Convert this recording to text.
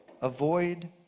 Avoid